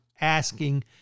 asking